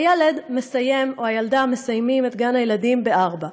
הילד או הילדה מסיימים את גן-הילדים ב-16:00,